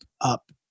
up